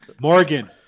Morgan